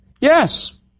yes